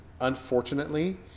Unfortunately